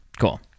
Cool